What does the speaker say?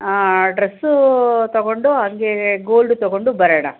ಆಂ dress ತಗೊಂಡು ಹಂಗೆ gold ತಗೊಂಡು ಬರೋಣ